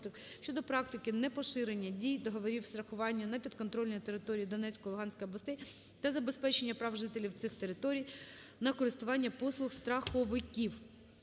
щодо практики не поширення дії договорів страхування на підконтрольні території Донецької і Луганської областей та забезпечення прав жителів цих територій на користування послуг страховиків.